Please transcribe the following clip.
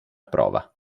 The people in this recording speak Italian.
prova